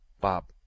Bob